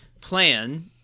plan